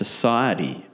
society